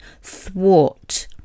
thwart